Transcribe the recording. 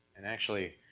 and actually,